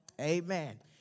Amen